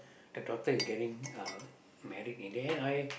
the daughter is getting uh married in the end I